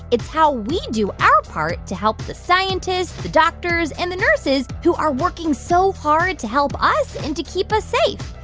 it's how we do our part to help the scientists, the doctors and the nurses who are working so hard to help us and to keep us safe.